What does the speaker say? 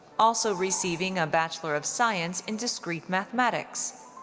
also receiving a bachelor of science in discrete mathematics.